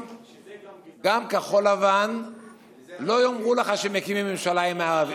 גם כחול לבן לא יאמרו לך שהם יקימו ממשלה עם הערבים.